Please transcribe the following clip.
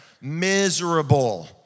Miserable